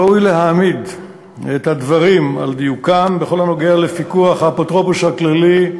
ראוי להעמיד את הדברים על דיוקם בכל הנוגע לפיקוח האפוטרופוס הכללי,